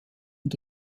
und